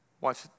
Watch